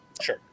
Sure